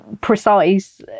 precise